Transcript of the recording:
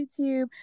YouTube